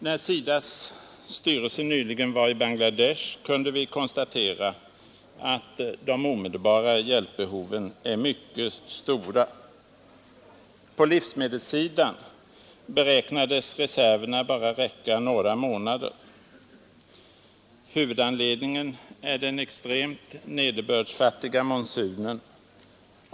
När SIDA:s styrelse nyligen var i Bangladesh kunde vi konstatera att de omedelbara hjälpbehoven är mycket stora. På livsmedelssidan beräknades reserverna bara räcka några månader. Huvudanledningen är den extremt nederbördsfattiga monsunen.